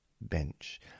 bench